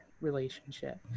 relationship